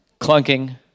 clunking